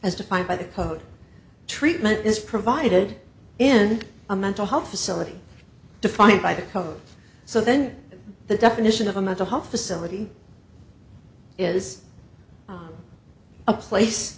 as defined by the code treatment is provided in a mental health facility defined by the code so then the definition of a mental health facility is a place